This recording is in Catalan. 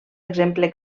exemple